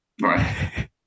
Right